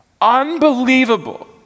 Unbelievable